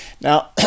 Now